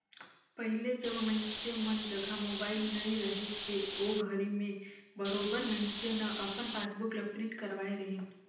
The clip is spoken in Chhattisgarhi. पहिले जब मइनसे मन जघा मोबाईल नइ रहिस हे ओघरी में बरोबर मइनसे न अपन पासबुक ल प्रिंट करवाय रहीन